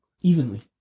evenly